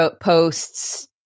posts